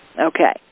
Okay